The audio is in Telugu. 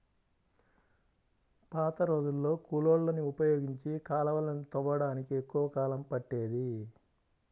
పాతరోజుల్లో కూలోళ్ళని ఉపయోగించి కాలవలని తవ్వడానికి ఎక్కువ కాలం పట్టేది